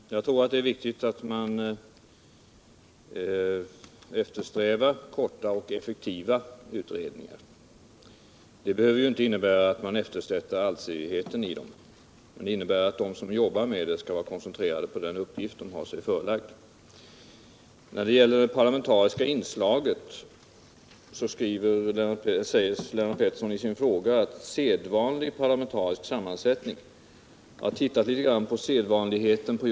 Herr talman! Jag tror att det är viktigt att man eftersträvar korta och effektiva utredningar. Det behöver inte innebära att man eftersätter allsidigheten, men det innebär att de som arbetar med dem koncentrerar sig på den uppgift de har sig förelagd. När det gäller det parlamentariska inslaget använder Lennart Pettersson i sin fråga uttrycket ”sedvanlig parlamentarisk sammansättning”. Jag har sett litet på sedvanan på detta område.